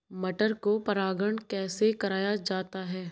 मटर को परागण कैसे कराया जाता है?